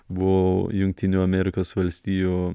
buvau jungtinių amėrikos valstijų